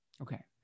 Okay